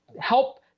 Help